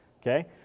okay